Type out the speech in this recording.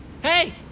Hey